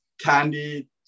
Candy